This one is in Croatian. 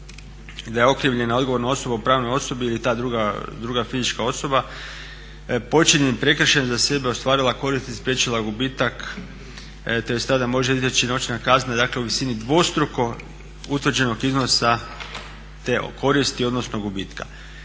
da je okrivljena odgovorna osoba u pravnoj osobi ili ta druga fizička osoba počinjenim prekršajem iza sebe ostvarila korist i spriječila gubitak, te joj se tada može izreći novčana kazna dakle u visini dvostruko utvrđenog iznosa te koristi odnosno gubitka.